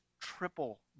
triple